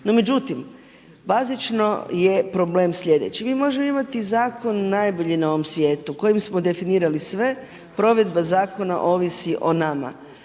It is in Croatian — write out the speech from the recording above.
No međutim, bazično je problem sljedeći, mi možemo imati zakon najbolji na ovom svijetu kojim smo definirali sve, provedba zakona ovisi o nama.